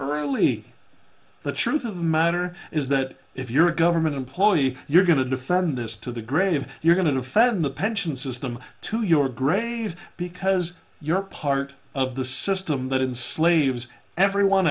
early the truth of matter is that if you're a government employee you're going to defend this to the grave you're going to offend the pension system to your grave because you're part of the system that in slaves everyone